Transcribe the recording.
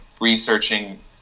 researching